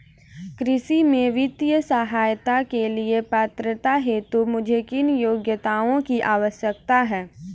कृषि में वित्तीय सहायता के लिए पात्रता हेतु मुझे किन योग्यताओं की आवश्यकता है?